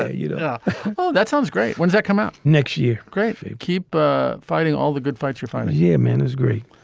ah you know oh, that sounds great. when's that come out? next year. great. keep ah fighting all the good fights for fighting here. man is great.